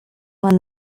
won